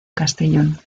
castellón